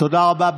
תודה רבה.